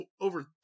over